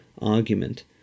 argument